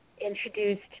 introduced